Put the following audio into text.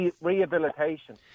rehabilitation